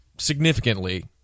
Significantly